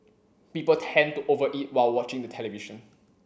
people tend to over eat while watching the television